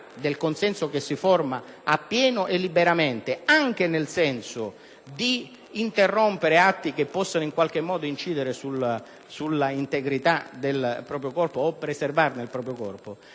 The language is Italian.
del consenso che si forma, appieno e liberamente, anche nel senso di interrompere atti che possano in qualche modo incidere sull'integrità del proprio corpo o preservare il proprio corpo.